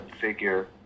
figure